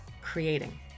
creating